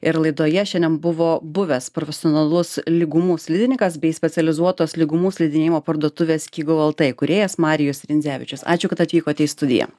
ir laidoje šiandien buvo buvęs profesionalus lygumų slidininkas bei specializuotos lygumų slidinėjimo parduotuvės skigo lt įkūrėjas marijus rindzevičius ačiū kad atvykote į studiją